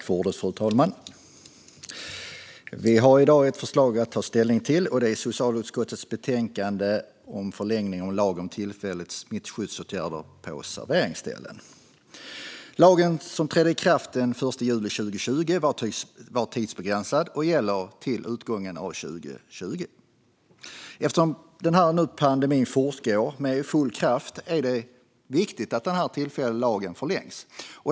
Fru talman! Vi har i dag att ta ställning till förslaget i socialutskottets betänkande Förlängning av lagen om tillfälliga smittskyddsåtgärder på serveringsställen . Lagen, som trädde i kraft den 1 juli 2020, är tidsbegränsad och gäller till utgången av 2020. Eftersom pandemin nu fortgår med full kraft är det viktigt att den tillfälliga lagen förlängs.